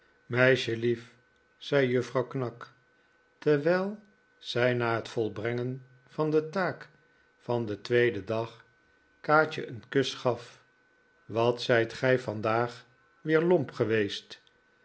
meisjelief zei juffrouw knag terwijl zij na het volbrengen van de taak van den tweeden dag kaatje een kus gaf wat zijt gij vandaag weer lomp geweest